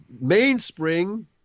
mainspring